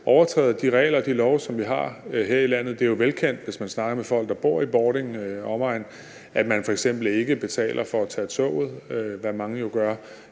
overtræder de regler og de love, som vi har her i landet. Det er jo velkendt, hvis man snakker med folk, der bor i Bording og omegn, at man f.eks. ikke betaler for at tage toget, hvad mange jo gør,